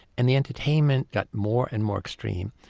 and the entertainment got more and more extreme.